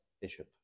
Bishop